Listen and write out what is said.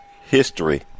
history